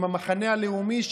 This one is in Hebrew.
עם המחנה הלאומי,